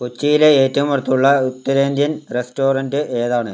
കൊച്ചിയിലെ ഏറ്റവും അടുത്തുള്ള ഉത്തരേന്ത്യൻ റെസ്റ്റോറൻറ്റ് ഏതാണ്